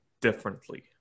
differently